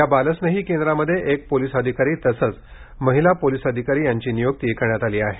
या बालस्नेही केंद्रामध्ये एक पोलीस अधिकारी तसंच महिला पोलीस अधिकारी यांची निय्क्ती करण्यात आली आहे